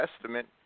Testament